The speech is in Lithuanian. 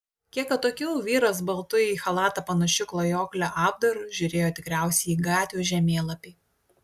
kiek atokiau vyras baltu į chalatą panašiu klajoklio apdaru žiūrėjo tikriausiai į gatvių žemėlapį